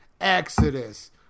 Exodus